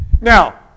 Now